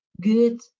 good